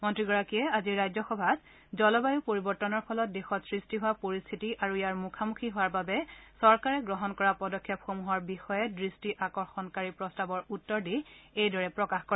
মন্ত্ৰী গৰাকীয়ে আজি ৰাজ্যসভাত জলবায়ূ পৰিৱৰ্তনৰ ফলত দেশত সৃষ্টি হোৱা পৰিস্থিতি আৰু ইয়াৰ মূখামুখি হোৱাৰ বাবে চৰকাৰে গ্ৰহণ কৰা পদক্ষেপ সমূহৰ বিষয়ে দৃষ্টি আকৰ্ষণ কৰি এইদৰে প্ৰকাশ কৰে